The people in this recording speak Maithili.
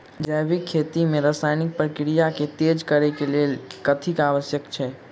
जैविक खेती मे रासायनिक प्रक्रिया केँ तेज करै केँ कऽ लेल कथी आवश्यक छै?